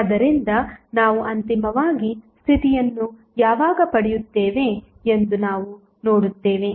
ಆದ್ದರಿಂದ ನಾವು ಅಂತಿಮವಾಗಿ ಸ್ಥಿತಿಯನ್ನು ಯಾವಾಗ ಪಡೆಯುತ್ತೇವೆ ಎಂದು ನಾವು ನೋಡುತ್ತೇವೆ